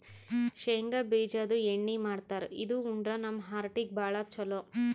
ಶೇಂಗಾ ಬಿಜಾದು ಎಣ್ಣಿ ಮಾಡ್ತಾರ್ ಇದು ಉಂಡ್ರ ನಮ್ ಹಾರ್ಟಿಗ್ ಭಾಳ್ ಛಲೋ